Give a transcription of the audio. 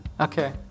Okay